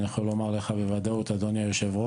אני יכול לומר לך בוודאות אדוני היו"ר